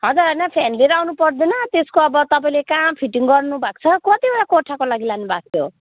हजुर होइन फेन लिएर आउनु पर्दैन त्यसको अब तपाईँले कहाँ फिटिङ गर्नु भएको छ कतिवटा कोठाको लागि लानुभएको थियो